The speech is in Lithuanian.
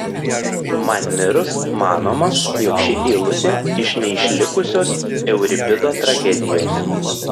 man mirus manoma jog ši eilutė iš neišlikusios euripido tragedijos